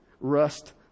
rust